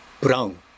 brown